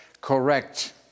correct